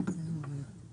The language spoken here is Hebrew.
אתה עלית על בעיה,